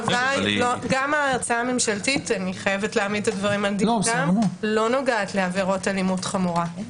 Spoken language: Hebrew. גם ההצעה הממשלתית לא נוגעת לעבירות אלימות חמורה.